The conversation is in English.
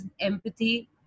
empathy